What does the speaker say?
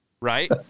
right